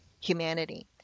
humanity